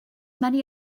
many